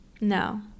No